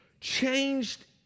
changed